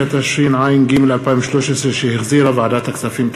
12), התשע"ג 2013, שהחזירה ועדת הכספים.